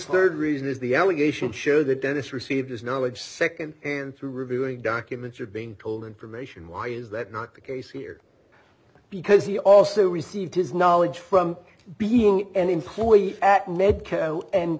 third reason is the allegation show that dennis received his knowledge second and through reviewing documents you're being told information why is that not the case here because he also received his knowledge from being an employee at